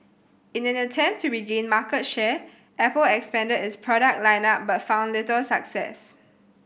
in an attempt to regain market share Apple expanded its product line up but found little success